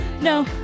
No